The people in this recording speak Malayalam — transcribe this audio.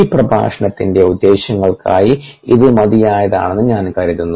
ഈ പ്രഭാഷണത്തിന്റെ ഉദ്ദേശ്യങ്ങൾക്കായി ഇത് മതിയായതാണെന്ന് ഞാൻ കരുതുന്നു